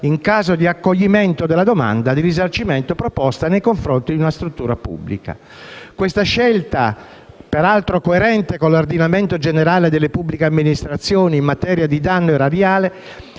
in caso di accoglimento della domanda di risarcimento proposta nei confronti della struttura pubblica. Questa scelta, peraltro coerente con l'ordinamento generale delle pubbliche amministrazioni in materia di danno erariale,